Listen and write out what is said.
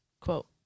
quote